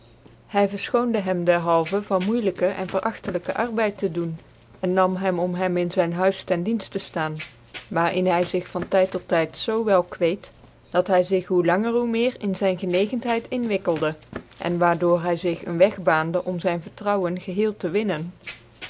hy verlchoonde hem dcrhalven van moeyclykc en veragtelyke arbeid te doen cn nam hem om hem in zyn huis ten dienft te ftaan waar in hy zig van tvd tot tyd zoo wel kweed dat hy zig hoe langer hoe meer in zyn genegenthcid inwikkelde cn waar door hy zig een weg baande om zyn vertrouwen geheel te winnen